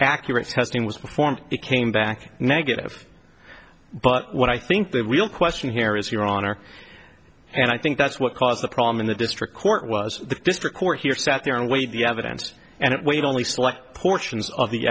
accurate testing was performed it came back negative but what i think the real question here is your honor and i think that's what caused the problem in the district court was the district court here sat there and weigh the evidence and it weighed only select portions of the